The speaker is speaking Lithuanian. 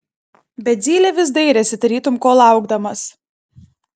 bet zylė vis dairėsi tarytum ko laukdamas